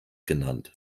genannt